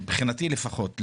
מבחינתי לפחות,